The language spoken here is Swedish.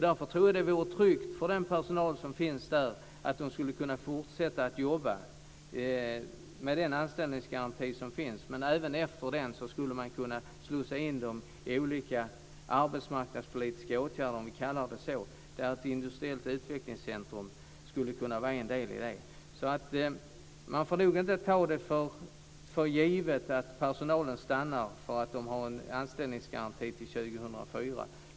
Därför tror jag att det vore tryggt för personalen om den skulle kunna fortsätta att jobba med den anställningsgaranti som finns. Men även efter garantin skulle man kunna slussa in personalen i olika arbetsmarknadspolitiska åtgärder, om vi kallar det så, där ett industriellt utvecklingscentrum skulle kunna vara en del. Man får nog inte ta för givet att personalen stannar för att den har en anställningsgaranti till år 2004.